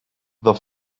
the